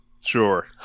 Sure